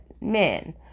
men